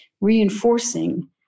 reinforcing